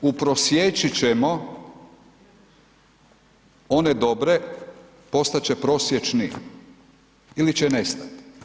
Uprosječi ćemo one dobre, postati će prosječni ili će nestati.